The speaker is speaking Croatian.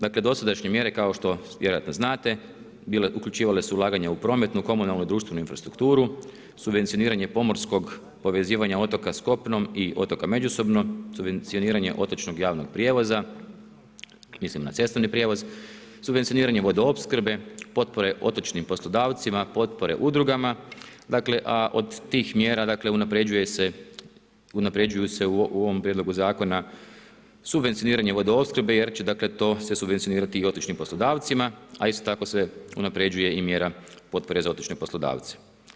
Dosadašnje mjere, kao što vjerojatno znate, uključivale su ulaganja u prometnu, komunalnu i društvenu infrastrukturu, subvencioniranje pomorskog povezivanja otoka s kopnom i otoka međusobno, subvencioniranje otočnog javnog prijevoza, mislim na cestovni prijevoz, subvencioniranje vodoopskrbe, potpore otočnim poslodavcima, potpore udrugama, dakle a od tih mjera unapređuju se u ovom prijedlogu zakona subvencioniranje vodoopskrbe jer će dakle to se subvencionirati i otočnim poslodavcima, a isto tako se unapređuje i mjera potpore za otočne poslodavce.